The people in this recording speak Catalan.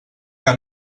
que